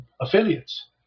affiliates